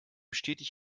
stetig